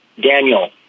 Daniel